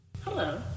Hello